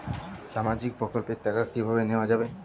সামাজিক প্রকল্পের টাকা কিভাবে নেওয়া যাবে?